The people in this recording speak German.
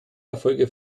erfolge